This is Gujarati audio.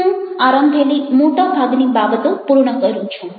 હું આરંભેલી મોટાભાગની બાબતો પૂર્ણ કરું છું